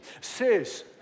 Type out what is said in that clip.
says